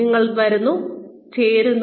നിങ്ങൾ വരുന്നു ചേരുന്നു